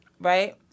right